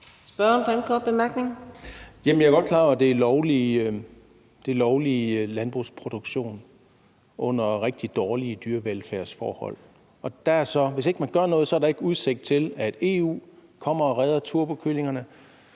Søren Egge Rasmussen (EL): Jeg er godt klar over, at det er en lovlig landbrugsproduktion under rigtig dårlige dyrevelfærdsforhold. Hvis man ikke gør noget, er der ikke udsigt til, at EU kommer og redder turbokyllingerne,